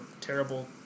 terrible